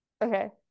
Okay